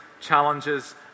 challenges